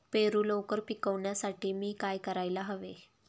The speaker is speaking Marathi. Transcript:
पेरू लवकर पिकवण्यासाठी मी काय करायला हवे?